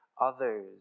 others